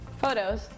photos